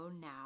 now